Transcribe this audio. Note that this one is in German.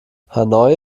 hanoi